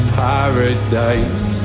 paradise